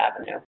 Avenue